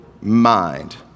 mind